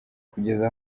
kugeza